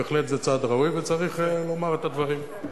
בהחלט זה צעד ראוי, וצריך לומר את הדברים.